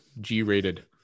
G-rated